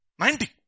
90